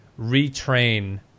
retrain